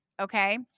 Okay